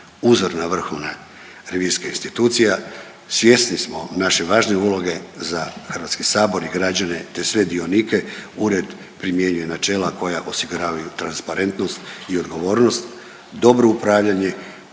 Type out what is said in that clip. uzorna vrhovna revizorska institucija, svjesni smo naše važne uloge za HS i građane te sve dionike, Ured primjenjuje načela koja osiguravaju transparentnost i odgovornost, dobro upravljanje,